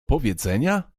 powiedzenia